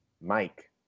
Mike